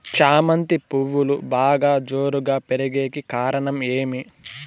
చామంతి పువ్వులు బాగా జోరుగా పెరిగేకి కారణం ఏమి?